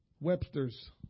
Webster's